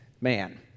man